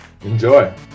Enjoy